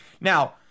Now